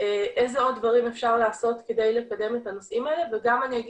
איזה עוד דברים אפשר לעשות כדי לקדם את הנושאים האלה וגם אני אגיד,